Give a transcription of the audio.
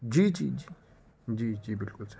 جی جی جی جی جی بالکل سر